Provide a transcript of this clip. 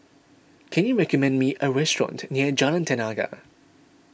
can you recommend me a restaurant near Jalan Tenaga